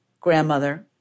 grandmother